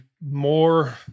more